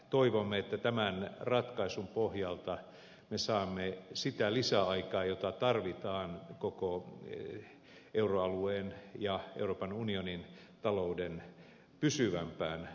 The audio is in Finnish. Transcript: toivomme että tämän ratkaisun pohjalta me saamme sitä lisäaikaa jota tarvitaan koko euroalueen ja euroopan unionin talouden pysyvämpään vakauttamiseen